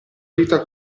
vita